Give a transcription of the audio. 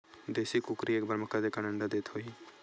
देशी कुकरी एक बार म कतेकन अंडा देत होही?